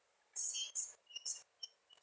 please